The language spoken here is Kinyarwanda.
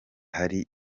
hari